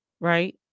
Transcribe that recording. right